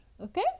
Okay